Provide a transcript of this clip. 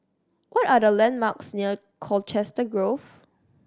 what are the landmarks near Colchester Grove